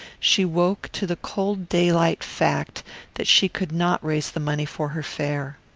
she woke to the cold daylight fact that she could not raise the money for her fare.